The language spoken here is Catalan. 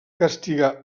castigar